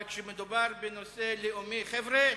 אבל כשמדובר בנושא לאומי, חבר'ה,